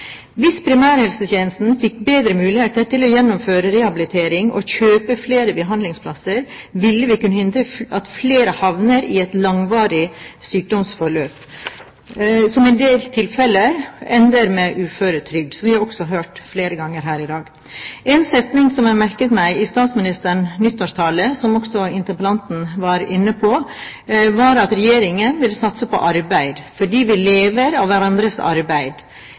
Hvis primærhelsetjenesten fikk bedre muligheter til å gjennomføre rehabilitering og kjøpe flere behandlingsplasser, ville vi kunne hindre at flere havner i et langvarig sykdomsforløp, som i en del tilfeller ender med uføretrygd, som vi også har hørt flere ganger her i dag. En setning som jeg merket meg i statsministerens nyttårstale, som også interpellanten var inne på, var at Regjeringen vil satse på arbeid, fordi vi lever av hverandres arbeid.